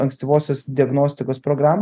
ankstyvosios diagnostikos programą